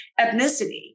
ethnicity